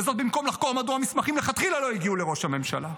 וזאת במקום לחקור מדוע המסמכים מלכתחילה לא הגיעו לראש הממשלה.